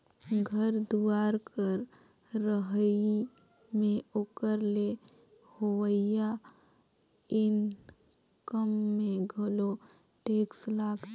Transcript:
घर दुवार कर रहई में ओकर ले होवइया इनकम में घलो टेक्स लागथें